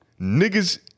Niggas